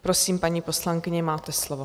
Prosím, paní poslankyně, máte slovo.